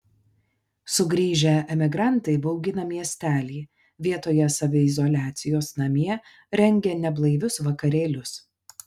sugrįžę emigrantai baugina miestelį vietoje saviizoliacijos namie rengia neblaivius vakarėlius